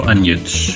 Onions